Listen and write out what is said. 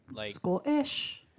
School-ish